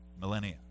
millennia